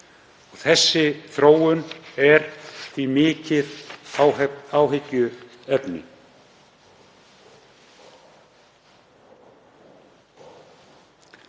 Þessi þróun er því mikið áhyggjuefni.